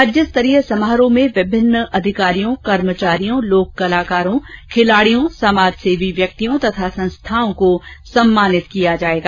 राज्य स्तरीय समारोह में विभिन्न अधिकारियों कर्मचारियों लोक कलाकारों आर्टीजन्स खिलाड़ियों समाज सेवी व्यक्तियों तथा संस्थाओं को सम्मानित किया जायेगा